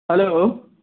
hello